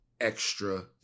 extra